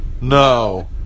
No